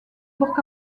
bourg